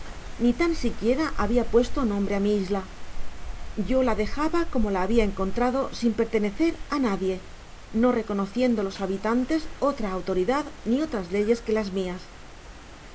ni tan siquiera habia puesto nombre á mi isla yo la dejaba como la habia encontrado sin pertenecer á nadie no reconociendo los habitantes otra autoridad ni otras leyes que las mias